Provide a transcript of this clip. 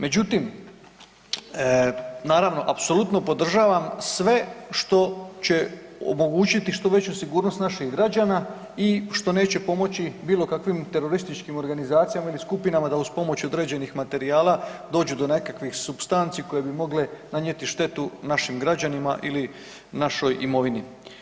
Međutim, naravno, apsolutno podržavam sve što će omogućiti što veću sigurnost naših građana i što neće pomoći bilo kakvim terorističkim organizacijama ili skupinama da uz pomoć određenih materijala dođu do nekakvih supstanci koje bi mogle nanijeti štetu našim građanima ili našoj imovini.